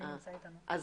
יש